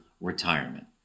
retirement